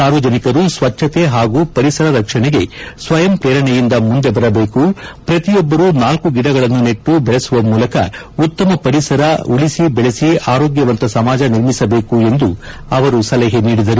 ಸಾರ್ವಜನಿಕರು ಸ್ವಚ್ಯತೆ ಹಾಗೂ ಪರಿಸರ ರಕ್ಷಣೆಗೆ ಸ್ವಯಂ ಪ್ರೇರಣೆಯಿಂದ ಮುಂದೆ ಬರಬೇಕು ಪ್ರತಿಯೊಬ್ಬರು ನಾಲ್ಲು ಗಿಡಗಳನ್ನು ನೆಟ್ಟು ಬೆಳಸುವ ಮೂಲಕ ಉತ್ತಮ ಪರಿಸರ ಉಳಿಸಿ ಬೆಳಸಿ ಆರೋಗ್ಯವಂತ ಸಮಾಜ ನಿರ್ಮಿಸಬೇಕು ಎಂದು ಅವರು ಸಲಹೆ ನೀಡಿದರು